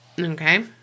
Okay